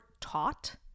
taught